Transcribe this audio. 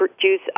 juice